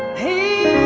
p